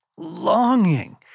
longing